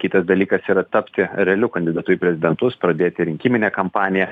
kitas dalykas yra tapti realiu kandidatu į prezidentus pradėti rinkiminę kampaniją